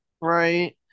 Right